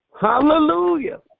Hallelujah